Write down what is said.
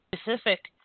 specific